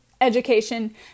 education